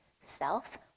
self